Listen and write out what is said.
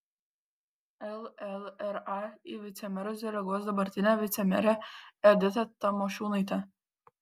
llra į vicemerus deleguos dabartinę vicemerę editą tamošiūnaitę